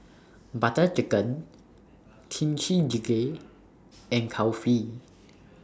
Butter Chicken Kimchi Jjigae and Kulfi